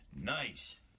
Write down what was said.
Nice